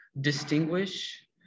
distinguish